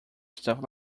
stuff